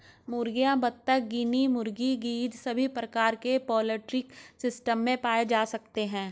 मुर्गियां, बत्तख, गिनी मुर्गी, गीज़ सभी प्रकार के पोल्ट्री सिस्टम में पाए जा सकते है